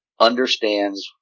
understands